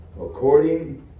According